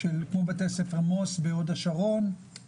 כמו בית ספר מוס בהוד השרון.